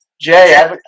Jay